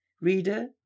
Reader